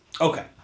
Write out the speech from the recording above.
Okay